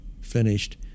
finished